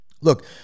look